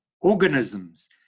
organisms